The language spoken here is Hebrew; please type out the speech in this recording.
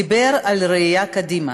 דיבר על ראייה קדימה.